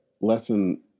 lesson